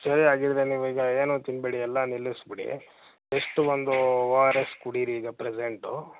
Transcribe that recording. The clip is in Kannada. ಸರಿ ಹಾಗಿದ್ದರೆ ನೀವು ಈಗ ಏನೂ ತಿನ್ನಬೇಡಿ ಎಲ್ಲ ನಿಲ್ಲಿಸ್ಬುಡಿ ಬೆಸ್ಟು ಒಂದು ಓ ಆರ್ ಎಸ್ ಕುಡೀರಿ ಈಗ ಪ್ರೆಸೆಂಟು